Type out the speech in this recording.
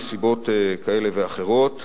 מסיבות כאלה ואחרות,